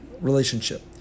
relationship